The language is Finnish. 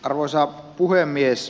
arvoisa puhemies